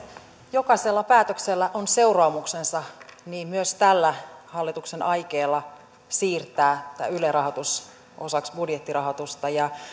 jokaisella päätöksellä on seuraamuksensa niin myös tällä hallituksen aikeella siirtää tämä yle rahoitus osaksi budjettirahoitusta